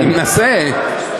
אני מנסה.